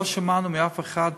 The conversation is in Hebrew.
לא שמענו מאף אחד.